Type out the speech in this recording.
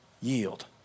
yield